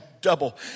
double